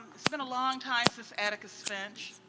it has been a long time since atticus finch,